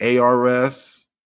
ARS